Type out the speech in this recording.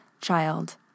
child